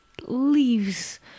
leaves